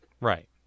right